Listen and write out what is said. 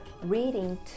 reading